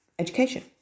Education